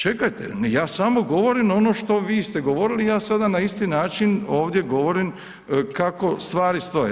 Čekajte, ja samo govorim ono što vi ste govorili, ja sada na isti način ovdje govorim kako stvari stoje.